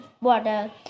water